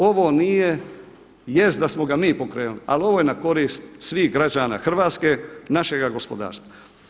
Ovo nije, jest da smo ga mi pokrenuli, ali ovo je na korist svih građana Hrvatske, našega gospodarstva.